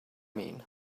mean